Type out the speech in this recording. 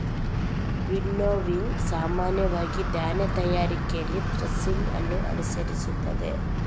winnowing ಸಾಮಾನ್ಯವಾಗಿ ಧಾನ್ಯ ತಯಾರಿಕೆಯಲ್ಲಿ ಥ್ರೆಸಿಂಗ್ ಅನ್ನು ಅನುಸರಿಸುತ್ತದೆ